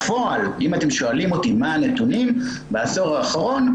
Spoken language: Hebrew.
אם אתם שואלים אותי מה הנתונים בעשור האחרון,